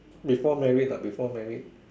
before married lah before married